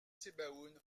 sebaoun